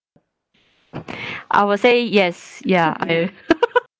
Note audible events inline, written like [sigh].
[breath] I would say yes ya and [laughs]